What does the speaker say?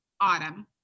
autumn